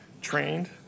trained